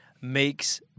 makes